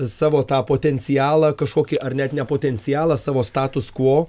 savo tą potencialą kažkokį ar net ne potencialą savo status kvuo